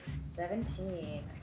seventeen